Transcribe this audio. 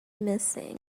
missing